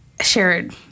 shared